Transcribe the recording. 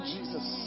Jesus